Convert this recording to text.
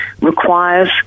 requires